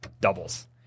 doubles